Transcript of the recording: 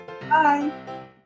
bye